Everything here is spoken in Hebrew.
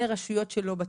מרשויות שלא בתוכנית.